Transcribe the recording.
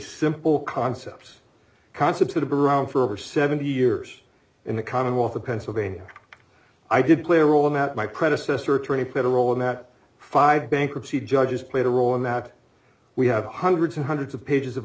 simple concepts concepts that have been around for over seventy years in the commonwealth of pennsylvania i did play a role in that my predecessor attorney played a role in that five bankruptcy judges played a role in that we have hundreds and hundreds of pages of